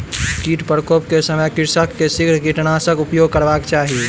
कीट प्रकोप के समय कृषक के शीघ्र कीटनाशकक उपयोग करबाक चाही